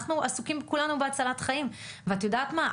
אנחנו עסוקים כולנו בהצלת חיים' ואת יודעת מה,